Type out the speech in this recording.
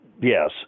Yes